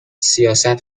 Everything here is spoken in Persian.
سیاست